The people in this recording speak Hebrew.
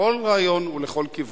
לכל רעיון ולכל כיוון.